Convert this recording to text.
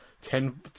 ten